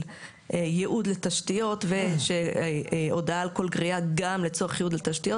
ייעוד לתשתיות והודעה על כל גריעה גם לצורך ייעוד לתשתיות